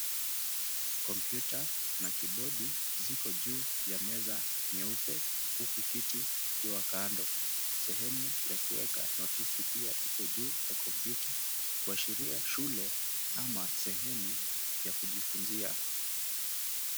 Kompyuta na kibodi ziko juu ya meza nyeupe huku kiti kikiwa kando. Sehemu ya kuweka notisi pia iko juu ya kompyuta kuashiria shule ama sehemu ya kujifunzia.